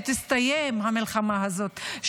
שתסתיים המלחמה הזאת,